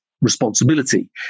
responsibility